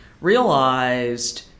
realized